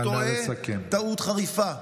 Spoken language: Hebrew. הוא טועה טעות חריפה,